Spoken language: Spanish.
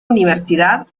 universidad